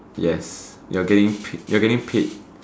yes you're getting paid you're getting paid